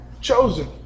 chosen